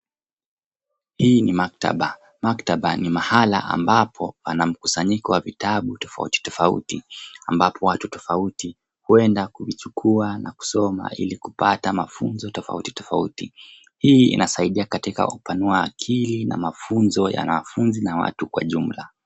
Hii ni maktaba. Maktaba ni mahala ambapo pana mkusanyiko wa vitabu tofautitofauti ambapo watu tofauti huenda kuchukua na kusoma ili kupata mafunzo tofautitofauti .Hii inasaidia katika kupanua akili na mafunzo ya wanafunzi na watu kwa jumla.